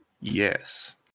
Yes